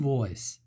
Voice